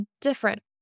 different